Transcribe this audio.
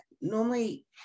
normally